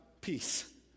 peace